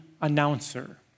announcer